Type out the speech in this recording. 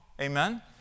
Amen